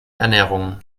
ernährung